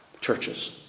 churches